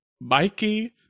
Mikey